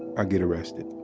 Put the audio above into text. i get arrested.